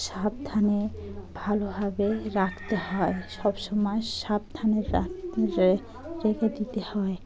সাবধানে ভালোভাবে রাখতে হয় সবসময় সাবধানে রেখে দিতে হয়